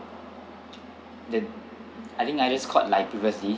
the I think I just called like previously